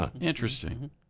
Interesting